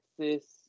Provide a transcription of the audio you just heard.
Texas